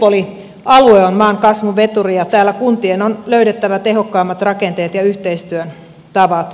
metropolialue on maan kasvuveturi ja täällä kuntien on löydettävä tehokkaammat rakenteet ja yhteistyötavat